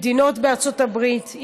מדינות בארצות הברית,